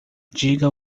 diga